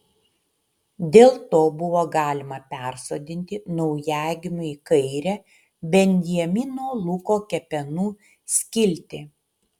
dėl to buvo galima persodinti naujagimiui kairę benjamino luko kepenų skiltį